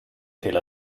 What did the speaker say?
tel